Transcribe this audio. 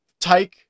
take